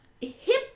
hip